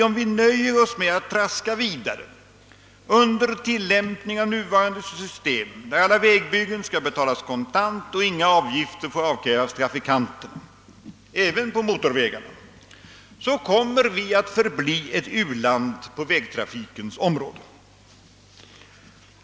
Om vi nöjer oss med att traska vidare under tillämpning av nuvarande system, enligt vilket alla vägbyggen skall betalas kontant och inga avgifter får avkrävas trafikanterna — inte heller på motorvägarna — kommer vi att förbli ett u-land på vägtrafikens område.